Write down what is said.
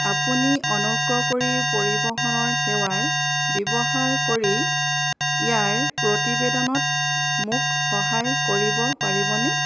আপুনি অনুগ্ৰহ কৰি পৰিৱহণৰ সেৱাৰ ব্যৱহাৰ কৰি ইয়াৰ প্ৰতিবেদনত মোক সহায় কৰিব পাৰিবনে